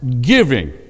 giving